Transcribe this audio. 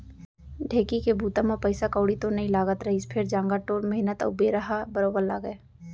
ढेंकी के बूता म पइसा कउड़ी तो नइ लागत रहिस फेर जांगर टोर मेहनत अउ बेरा ह बरोबर लागय